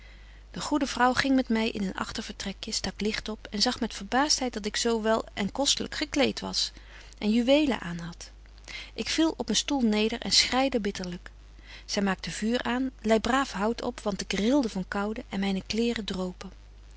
de goede vrouw ging met my in een agtervertrekje stak licht op en zag met verbaastheid dat ik zo wel en kostelyk gekleet was en juwelen aan hadt ik viel op een stoel neder en schreide bitterlyk zy maakte vuur aan lei braaf hout op want ik trilde van koude en myne kleêren dropen